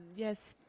yes,